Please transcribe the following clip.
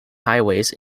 highways